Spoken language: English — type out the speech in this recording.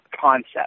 concept